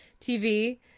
TV